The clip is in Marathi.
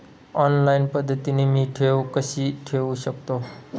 ऑनलाईन पद्धतीने मी ठेव कशी ठेवू शकतो?